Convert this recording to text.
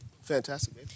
Fantastic